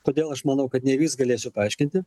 kodėl aš manau kad nevys galėsiu paaiškinti